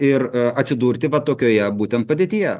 ir atsidurti tokioje būtent padėtyje